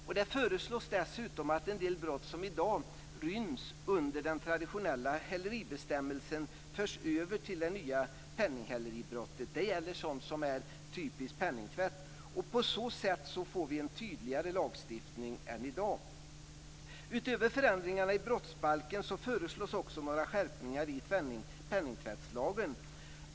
Dessutom föreslås att en del brott som i dag ryms under den traditionella häleribestämmelsen förs över till det nya penninghäleribrottet. Det gäller sådant som är typisk penningtvätt. På så sätt får vi en tydligare lagstiftning än vi i dag har. Utöver förändringarna i brottsbalken föreslås några skärpningar i penningtvättslagen.